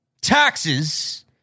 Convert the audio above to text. taxes